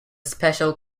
special